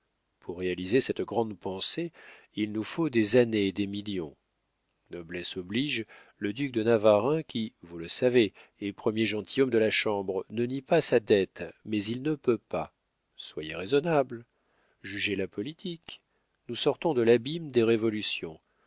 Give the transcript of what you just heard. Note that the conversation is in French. pour réaliser cette grande pensée il nous faut des années et des millions noblesse oblige le duc de navarreins qui vous le savez est premier gentilhomme de la chambre ne nie pas sa dette mais il ne peut pas soyez raisonnable jugez la politique nous sortons de l'abîme des révolutions